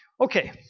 Okay